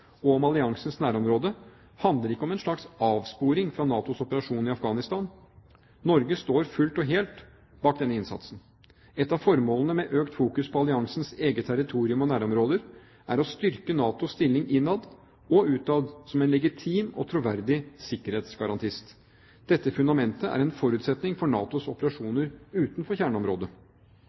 og om alliansens nærområder handler ikke om en slags «avsporing» fra NATOs operasjon i Afghanistan. Norge står fullt og helt bak denne innsatsen. Et av formålene med økt fokus på alliansens eget territorium og nærområder er å styrke NATOs stilling innad og utad som en legitim og troverdig sikkerhetsgarantist. Dette fundamentet er en forutsetning for NATOs operasjoner utenfor kjerneområdet.